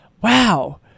Wow